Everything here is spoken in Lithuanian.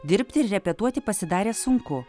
dirbt ir repetuoti pasidarė sunku